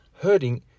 hurting